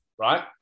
Right